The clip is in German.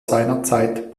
seinerzeit